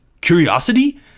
curiosity